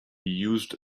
used